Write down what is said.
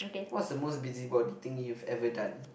what's the most busybody thing you have ever done